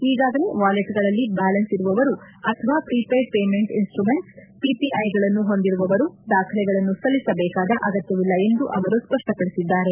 ಈಗಾಗಲೇ ವಾಲೆಟ್ಗಳಲ್ಲಿ ಬ್ಯಾಲೆನ್ಸ್ ಇರುವವರು ಅಥವಾ ಪ್ರಿಪೇಯ್ಡ್ ಪೇಮೆಂಟ್ ಇನ್ಸ್ತುಮೆಂಟ್ಪ್ ಪಿಪಿಐಗಳನ್ನು ಹೊಂದಿರುವವರು ದಾಖಲೆಗಳನ್ನು ಸಲ್ಲಿಸಬೇಕಾದ ಅಗತ್ಯವಿಲ್ಲ ಎಂದು ಅವರು ಸ್ವಷ್ವಪಡಿಸಿದ್ದಾರೆ